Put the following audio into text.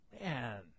Man